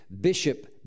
Bishop